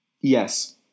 Yes